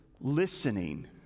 listening